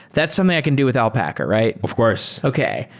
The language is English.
that's something i can do with alpaca, right? of course okay.